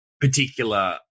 particular